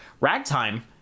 Ragtime